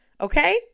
Okay